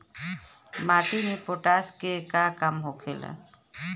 माटी में पोटाश के का काम होखेला?